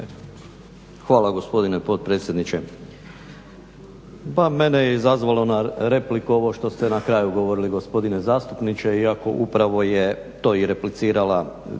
Hvala gospodine potpredsjedniče.